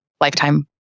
lifetime